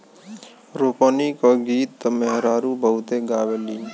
रोपनी क गीत त मेहरारू बहुते गावेलीन